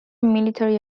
military